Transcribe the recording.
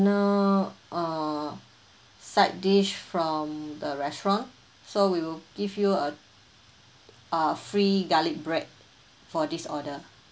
uh side dish from the restaurant so we will give you a uh free garlic bread for this order